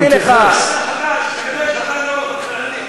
ואפילו קודמך לא הוא שיצר את הביומטרי,